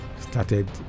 started